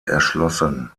erschlossen